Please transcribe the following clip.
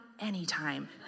anytime